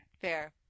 Fair